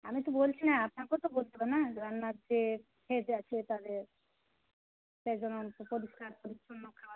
আমি তো বলছিলাম আপনাকেও তো বলছিলাম না রান্নার যে হেড আছে তাদের পরিষ্কার পরিছন্ন খাওয়া দাওয়া